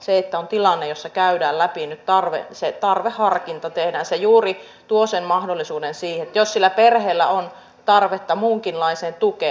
se että on tilanne jossa se tarve käydään läpi ja se tarveharkinta tehdään juuri tuo sen mahdollisuuden jos sillä perheellä on tarvetta muunkinlaiseen tukeen